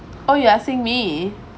oh you're asking me